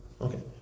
Okay